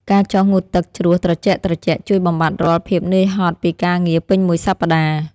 ការចុះងូតទឹកជ្រោះត្រជាក់ៗជួយបំបាត់រាល់ភាពហត់នឿយពីការងារពេញមួយសប្តាហ៍។